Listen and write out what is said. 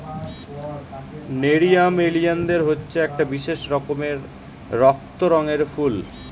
nerium ওলিয়ানদের হচ্ছে একটা বিশেষ রকমের রক্ত রঙের ফুল